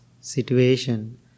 situation